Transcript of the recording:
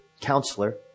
counselor